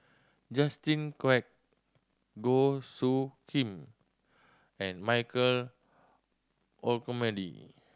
Justin Quek Goh Soo Khim and Michael Olcomendy